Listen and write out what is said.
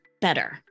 better